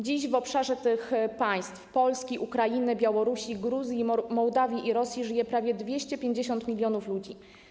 Dziś w obszarze tych państw: Polski, Ukrainy, Białorusi, Gruzji, Mołdawii i Rosji żyje prawie 250 mln ludzi.